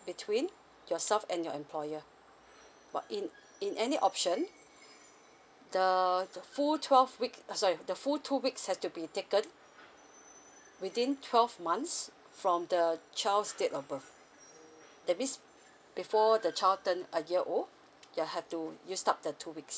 between yourself and your employer what in in any option the the full twelve week uh sorry the full two weeks has to be taken within twelve months from the child's date of birth that means before the child turn a year old you have to you start the two weeks